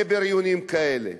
לבריונים כאלה.